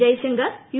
Jaishankar U